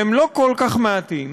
והם לא כל כך מעטים,